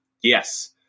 Yes